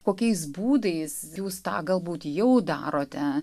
kokiais būdais jūs tą galbūt jau darote